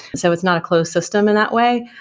so it's not a closed system in that way.